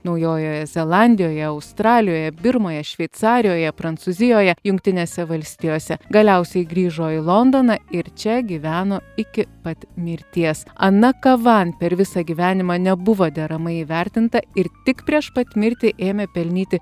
naujojoje zelandijoje australijoje birmoje šveicarijoje prancūzijoje jungtinėse valstijose galiausiai grįžo į londoną ir čia gyveno iki pat mirties ana kavan per visą gyvenimą nebuvo deramai įvertinta ir tik prieš pat mirtį ėmė pelnyti